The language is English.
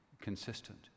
consistent